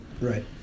Right